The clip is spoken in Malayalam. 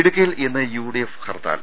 ഇടുക്കിയിൽ ഇന്ന് യുഡിഎഫ് ഹർത്താൽ